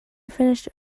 finished